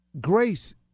grace